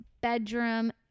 bedroom